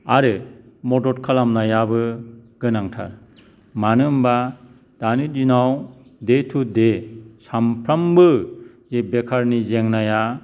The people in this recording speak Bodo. आरो मदद खालामनायाबो गोनांथार मानो होनबा दानि दिनाव डे टु डे सामफ्रामबो जे बेखारनि जेंनाया